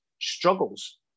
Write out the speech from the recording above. struggles